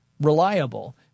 reliable